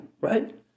right